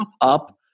up